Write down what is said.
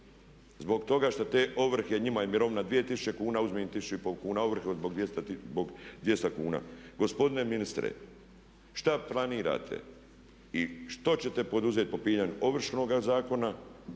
zbog toga što te ovrhe, njima je mirovina 2000 kuna, uzmu im 1500 kuna ovrhe zbog 200 kuna. Gospodine ministre šta planirate i što ćete poduzeti po pitanju Ovršnoga zakona